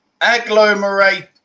Agglomerate